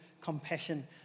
compassion